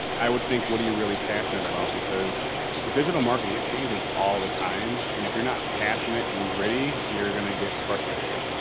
i would think what are you really passionate about? because with digital marketing it changes all the time. and if you're not passionate and gritty you're gonna get frustrated.